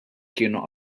kienu